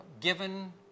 given